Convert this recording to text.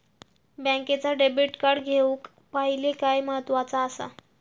बँकेचा debit card घेउक पाहिले काय महत्वाचा असा?